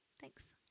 thanks